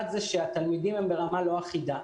אחד, התלמידים ברמה לא אחידה.